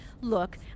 Look